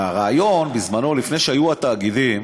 הרעיון בזמנו, לפני שהיו התאגידים,